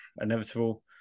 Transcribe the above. inevitable